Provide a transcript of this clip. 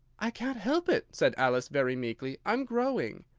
i can't help it, said alice very meekly i'm growing.